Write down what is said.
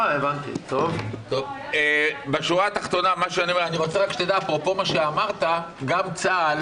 אני רוצה שתדע, אפרופו מה שאמרת, גם צה"ל